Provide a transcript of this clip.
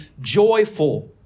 joyful